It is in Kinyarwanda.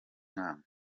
nama